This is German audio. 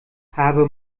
habe